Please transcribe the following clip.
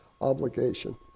obligation